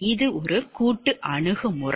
இது ஒரு கூட்டு அணுகுமுறை